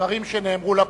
דברים שנאמרו לפרוטוקול.